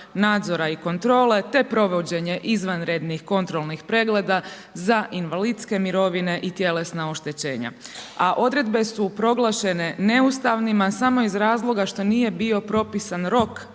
nadzora i kontrole te provođenje izvanrednih kontrolnih pregleda za invalidske mirovine i tjelesna oštećenja. A odredbe su proglašene neustavnima samo iz razloga što nije bio propisan